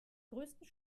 größten